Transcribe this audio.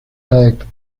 liked